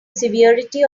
severity